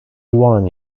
one